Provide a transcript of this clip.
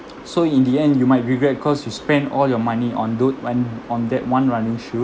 so in the end you might regret because you spend all your money on those when on that one running shoe